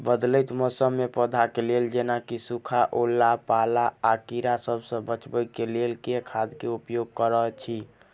बदलैत मौसम मे पौधा केँ लेल जेना की सुखा, ओला पाला, आ कीड़ा सबसँ बचबई केँ लेल केँ खाद केँ उपयोग करऽ छी?